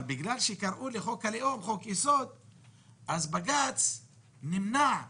אבל בגלל שקראו לחוק הלאום חוק-יסוד אז בג"ץ נמנע מלהתערב.